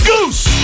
Goose